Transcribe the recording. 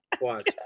Watch